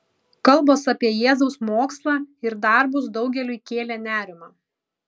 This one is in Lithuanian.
kalbos apie jėzaus mokslą ir darbus daugeliui kėlė nerimą